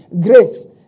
grace